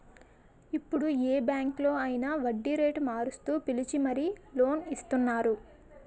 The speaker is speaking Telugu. ఇప్పుడు ఏ బాంకులో అయినా వడ్డీరేటు మారుస్తూ పిలిచి మరీ లోన్ ఇస్తున్నారు